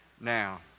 now